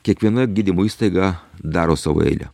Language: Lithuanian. kiekviena gydymo įstaiga daro savo eilę